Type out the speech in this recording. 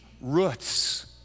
roots